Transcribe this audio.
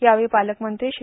यावेळी पालकमंत्री श्री